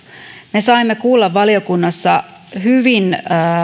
me saimme kuulla valiokunnassa hyvin